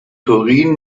turin